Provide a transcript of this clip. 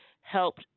helped